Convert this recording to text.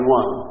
one